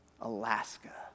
Alaska